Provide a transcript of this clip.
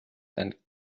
and